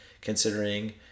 considering